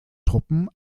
truppen